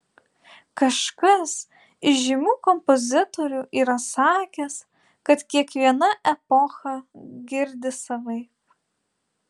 kažkas iš žymių kompozitorių yra sakęs kad kiekviena epocha girdi savaip